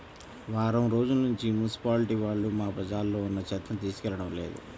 వారం రోజుల్నుంచి మున్సిపాలిటీ వాళ్ళు మా బజార్లో ఉన్న చెత్తని తీసుకెళ్లడం లేదు